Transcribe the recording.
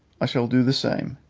i shall do the same.